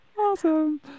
Awesome